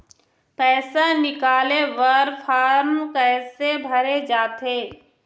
पैसा निकाले बर फार्म कैसे भरे जाथे?